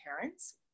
parents